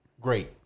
Great